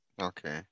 Okay